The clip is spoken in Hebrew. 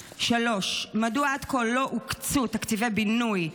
3. מדוע עד כה לא הוקצו תקציבי בינוי,